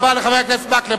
תודה רבה לחבר הכנסת מקלב.